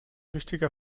wichtiger